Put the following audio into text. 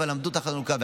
ועמדו תחת האלונקה.